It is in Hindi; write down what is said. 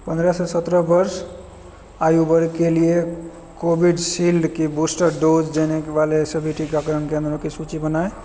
पंद्रह से सत्रह वर्ष आयु वर्ग के लिए कोविशील्ड की बूस्टर डोज देने वाले सभी टीकाकरण केंद्रों की सूची बनाएँ